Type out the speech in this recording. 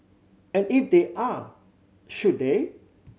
and if they are should they